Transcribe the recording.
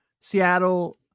Seattle –